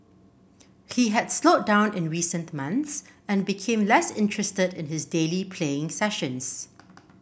he had slowed down in recent months and became less interested in his daily playing sessions